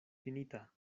finita